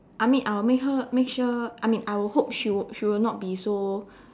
I mean I will make her make sure I mean I will hope she will she will not be so